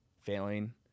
failing